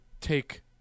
take